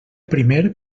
primer